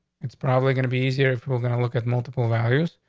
it's probably gonna be easier if we're gonna look at multiple values.